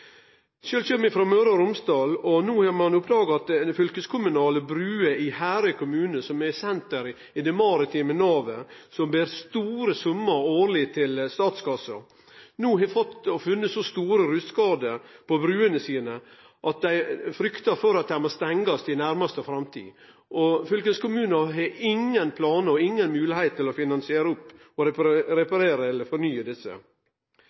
Sjølv kjem eg frå Møre og Romsdal, og no har ein oppdaga at det på fylkeskommunale bruer i Herøy kommune, som er senteret i det maritime navet og ber store summar til statskassa årleg, er så store rustskadar at dei fryktar for at dei må stengjast i nærmaste framtid. Fylkeskommunen har ingen planar og ingen moglegheiter til å finansiere, reparere eller fornye desse.